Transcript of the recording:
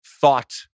thought